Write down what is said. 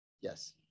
yes